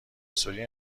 سوری